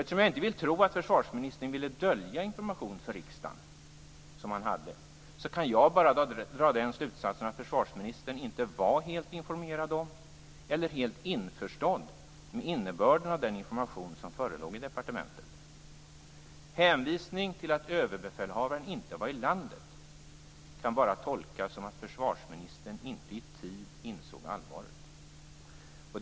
Eftersom jag inte vill tro att försvarsministern ville dölja information som han hade för riksdagen kan jag bara dra den slutsatsen att försvarsministern inte var helt informerad om eller helt införstådd med innebörden av den information som förelåg i departementet. Hänvisning till att överbefälhavaren inte var i landet kan bara tolkas som att försvarsministern inte i tid insåg allvaret.